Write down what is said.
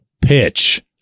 pitch